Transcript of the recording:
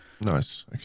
Nice